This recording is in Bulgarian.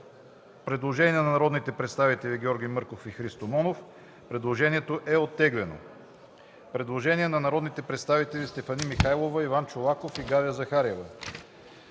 предложение на народните представители Георги Мърков и Христо Монов. Предложението е оттеглено. Предложение на народните представители Стефани Михайлова, Иван Чолаков и Галя Захариева: